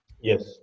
Yes